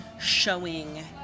showing